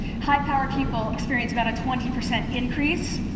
high-power people experience about a twenty percent increase,